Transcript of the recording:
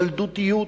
ילדותיות.